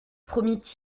promit